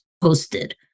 posted